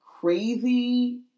crazy